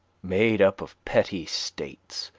made up of petty states,